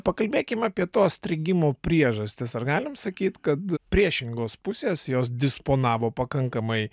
pakalbėkim apie to strigimo priežastis ar galim sakyt kad priešingos pusės jos disponavo pakankamai